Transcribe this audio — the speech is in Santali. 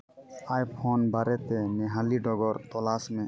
ᱟᱭ ᱯᱷᱳᱱ ᱵᱟᱨᱮ ᱛᱮ ᱱᱮᱼᱦᱟᱹᱞᱤ ᱰᱚᱜᱚᱨ ᱛᱚᱞᱟᱥ ᱢᱮ